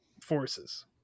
forces